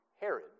Herod